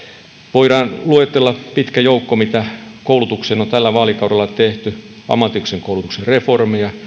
voidaan luetella pitkä joukko mitä koulutukseen on tällä vaalikaudella tehty ammatillisen koulutuksen reformia